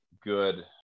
good